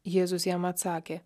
jėzus jam atsakė